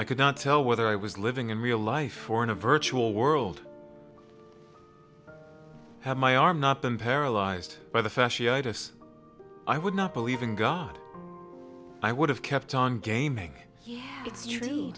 i could not tell whether i was living in real life or in a virtual world had my arm not been paralyzed by the fasciitis i would not believe in god i would have kept on gaming